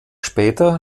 später